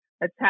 attack